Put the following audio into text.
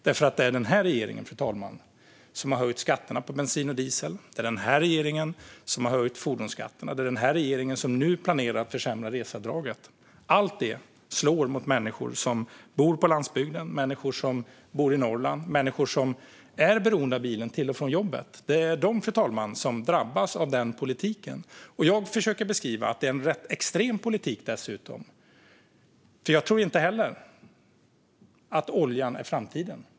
Det är den här regeringen som har höjt skatterna på bensin och diesel. Det är den här regeringen som har höjt fordonsskatterna. Det är den här regeringen som nu planerar att försämra reseavdraget. Allt det slår mot människor som bor på landsbygden, människor som bor i Norrland - människor som är beroende av bilen till och från jobbet. Det är de som drabbas av den politiken. Jag försöker beskriva att det dessutom är en rätt extrem politik. Jag tror inte heller att oljan är framtiden.